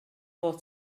fod